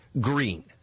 green